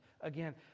again